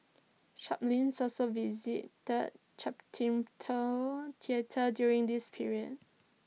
Chaplin also visited theatre during this period